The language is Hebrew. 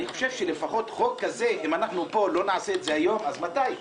אם לא נעשה את החוק הזה היום, אז מתי?